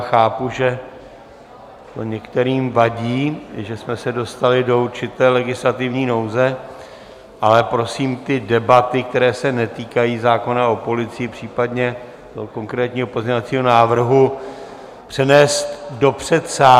Chápu, že to některým vadí, že jsme se dostali do určité legislativní nouze, ale prosím ty debaty, které se netýkají zákona o policii, případně konkrétního pozměňovacího návrhu, přenést do předsálí.